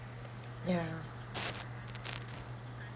ya